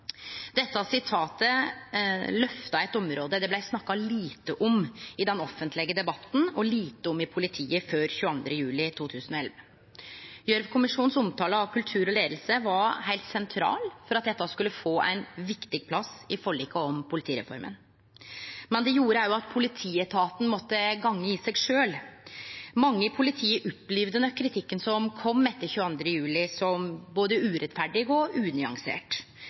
Dette sitatet løfta eit område det blei snakka lite om i den offentlege debatten og lite om i politiet før 22. juli 2011. Gjørv-kommisjonens omtale av kultur og leiing var heilt sentral for at dette skulle få ein viktig plass i forliket om politireforma, men det gjorde òg at politietaten måtte gå i seg sjølv. Mange i politiet opplevde nok kritikken som kom etter 22. juli, som både urettferdig og unyansert.